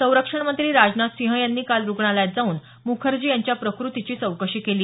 संरक्षण मंत्री राजनाथ सिंह यांनी काल रुग्णालयात जाऊन मुखर्जी यांच्या प्रकृतीची चौकशी केली